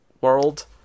world